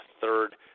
third